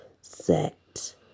Set